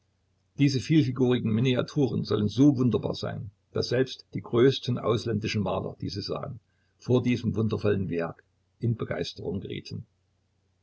diese vielfigurigen miniaturen sollen so wunderbar sein daß selbst die größten ausländischen maler die sie sahen vor diesem wundervollen werk in begeisterung gerieten